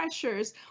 pressures